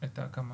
את ההקמה.